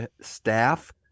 staff